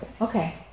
okay